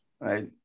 right